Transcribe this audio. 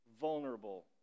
vulnerable